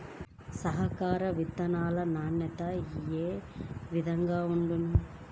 సంకర విత్తనాల నాణ్యత ఏ విధముగా ఉండును?